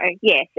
yes